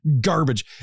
garbage